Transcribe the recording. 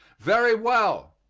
very well.